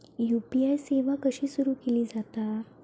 UPI सेवा कशी सुरू केली जाता?